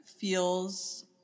feels